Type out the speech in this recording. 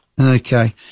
Okay